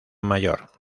mayor